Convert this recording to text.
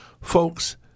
Folks